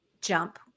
jump